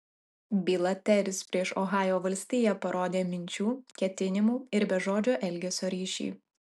byla teris prieš ohajo valstiją parodė minčių ketinimų ir bežodžio elgesio ryšį